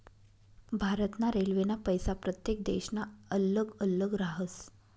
भारत ना रेल्वेना पैसा प्रत्येक देशना अल्लग अल्लग राहस